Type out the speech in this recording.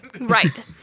Right